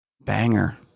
Banger